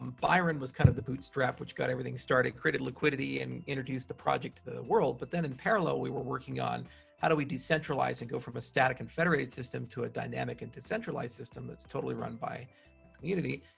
um byron was kind of the bootstrap, which got everything started, created liquidity and introduced the project to the world, but then in parallel we were working on how do we decentralize and go from a static and federated system to a dynamic and decentralized system that's totally run by community?